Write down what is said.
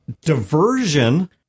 Diversion